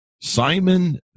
simon